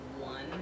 one